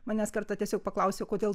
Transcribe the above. manęs kartą tiesiog paklausė kodėl